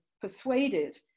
persuaded